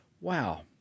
wow